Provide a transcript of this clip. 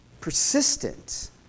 Persistent